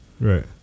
right